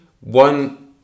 one